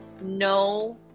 no